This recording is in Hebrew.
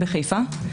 בחיפה.